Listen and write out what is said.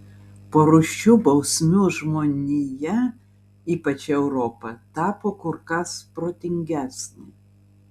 po rūsčių bausmių žmonija ypač europa tapo kur kas protingesnė